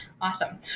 Awesome